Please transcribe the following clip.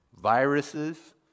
Viruses